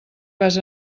vas